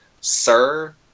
sir